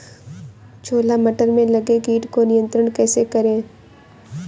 छोला मटर में लगे कीट को नियंत्रण कैसे करें?